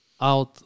out